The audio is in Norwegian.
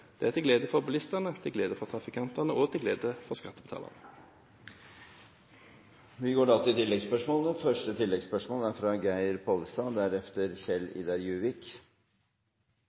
Det er til glede for bilistene, til glede for trafikantene og til glede for skattebetalerne. Det blir gitt anledning til oppfølgingsspørsmål – først Geir Pollestad.